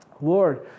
Lord